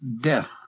death